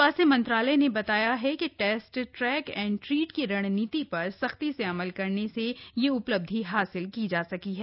स्वास्थ्य मंत्रालय ने बताया है कि टेस्ट ट्रैक एंड ट्रीट की रणनीति पर सख्ती से अमल करने से यह उपलब्धि हासिल की जा सकी है